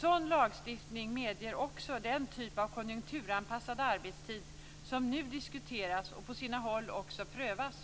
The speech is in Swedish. Sådan lagstiftning medger också den typ av konjunkturanpassad arbetstid som nu diskuteras och på sina håll också prövas.